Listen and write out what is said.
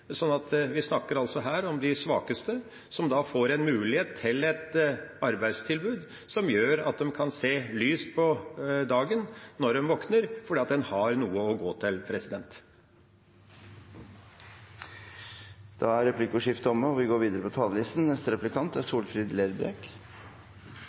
at de er uføretrygdet. Vi snakker her om de svakeste, som kan få et arbeidstilbud, noe som gjør at de kan se lyst på dagen når de våkner – fordi de har noe å gå til. Replikkordskiftet er omme. Å få folk i arbeid samtidig som ein tek godt hand om dei som ikkje er